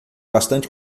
bastante